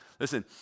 Listen